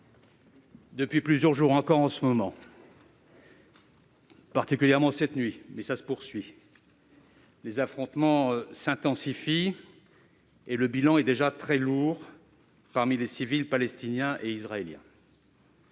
Depuis plusieurs jours, particulièrement cette nuit, et encore en ce moment, les affrontements s'intensifient, et le bilan est déjà très lourd parmi les civils palestiniens et israéliens.